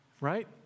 right